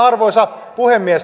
arvoisa puhemies